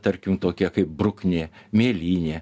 tarkim tokie kaip bruknė mėlynė